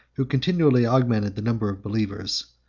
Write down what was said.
who continually augmented the number of believers.